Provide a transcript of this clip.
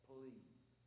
Please